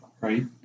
right